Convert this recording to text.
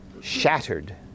shattered